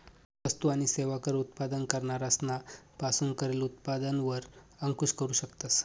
वस्तु आणि सेवा कर उत्पादन करणारा सना पासून करेल उत्पादन वर अंकूश करू शकतस